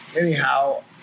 Anyhow